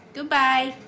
Goodbye